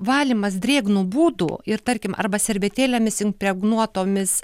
valymas drėgnu būdu ir tarkim arba servetėlėmis impregnuotomis